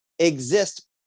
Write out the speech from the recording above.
Exist